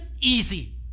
easy